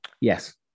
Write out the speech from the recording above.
yes